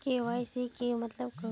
KYC के मतलब केहू?